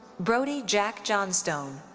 brody jack johnstone.